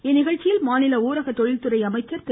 இந்நிகழ்ச்சியில் மாநில ஊரக தொழில்துறை அமைச்சர் திரு